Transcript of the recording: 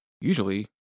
usually